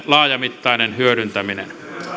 laajamittainen hyödyntäminen